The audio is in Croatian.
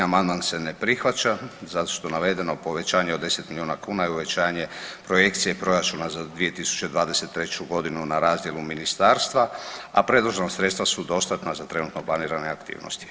Amandman se ne prihvaća zato što navedeno povećanje od 10 milijuna kuna je uvećanje projekcije proračuna za 2023.g. na razdjelu ministarstva, a predložena sredstva su dostatna za trenutno planirane aktivnosti.